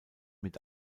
mit